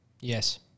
Yes